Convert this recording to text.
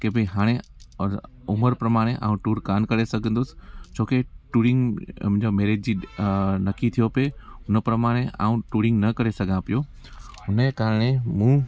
के भई हाणे और उमिरि प्रमाणे और टूर कोन्ह करे सघंदुसि छोकी टूरिंग जाम अहिड़ी नथी पियो पे हुन प्रमाणे मां टूरिंग न करे सघां पियो हिनजे कारण मूं